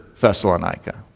Thessalonica